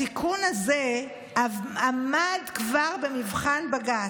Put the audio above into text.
התיקון הזה עמד כבר במבחן בג"ץ,